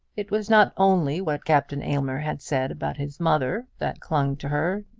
it was not only what captain aylmer had said about his mother that clung to her,